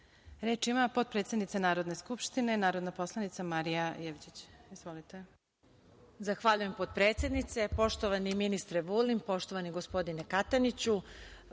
ima potpredsednica Narodne skupštine, narodna poslanica Marija Jevđić. Izvolite. **Marija Jevđić** Zahvaljujem, potpredsednice. Poštovani ministre Vulin, poštovani gospodine Kataniću,